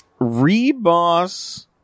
Reboss